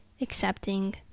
accepting